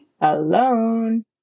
Alone